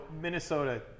Minnesota